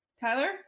tyler